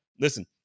listen